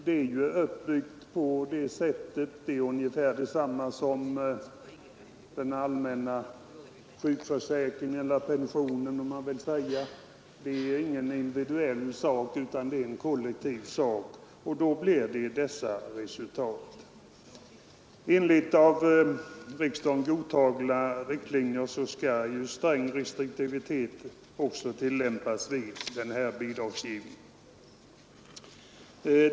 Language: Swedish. Det är ungefär samma förhållande som när det gäller den allmänna sjukförsäkringen eller det allmänna pensionssystemet, som inte har individuell utan kollektiv uppbyggnad. Enligt av riksdagen godtagna riktlinjer skall sträng restriktivitet tillämpas vid denna bidragsgivning.